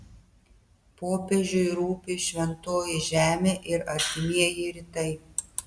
popiežiui rūpi šventoji žemė ir artimieji rytai